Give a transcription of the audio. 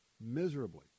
miserably